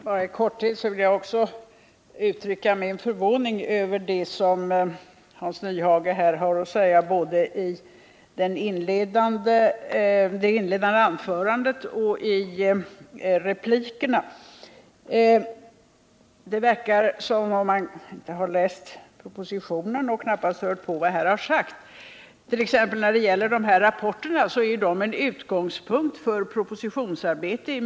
Herr talman! Också jag vill i korthet uttrycka min förvåning över vad Hans Nyhage hade att säga både i sitt inledningsanförande och i replikerna. Det verkar som om han inte har läst propositionen och knappast har hört på vad som har sagts här. Rapporterna t.ex. är i mycket stor utsträckning utgångspunkten för propositionsarbetet.